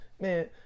Man